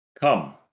Come